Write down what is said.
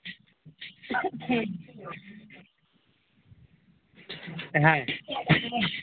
হ্যাঁ